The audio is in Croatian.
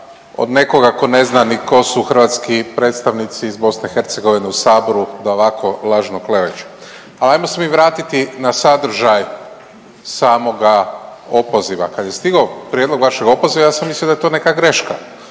od nekoga tko ne zna ni tko su hrvatski predstavnici iz BiH u Saboru da ovako lažno kleveću, ali ajmo se mi vratiti na sadržaj samoga opoziva. Kad je stigao prijedlog vašeg opoziva, ja sam mislio da je to neka greška,